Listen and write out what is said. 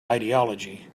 ideology